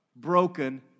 broken